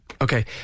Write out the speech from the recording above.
Okay